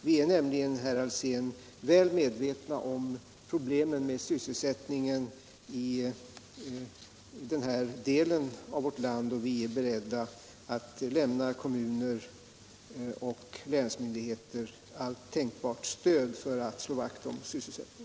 Vi är nämligen, herr Alsén, väl medvetna om problemen med sysselsättningen i den här delen av vårt land, och vi är beredda att lämna kommuner och länsmyndigheter allt tänkbart stöd för att slå vakt om sysselsättningen.